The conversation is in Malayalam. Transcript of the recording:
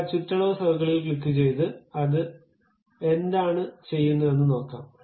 നമുക്ക് ആ ചുറ്റളവ് സർക്കിളിൽ ക്ലിക്കുചെയ്ത് അത് എന്താണ് ചെയ്യുന്നതെന്ന് നോക്കാം